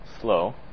slow